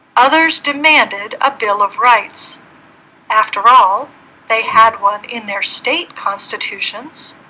others demanded a bill of rights after all they had won in their state constitutions